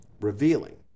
revealing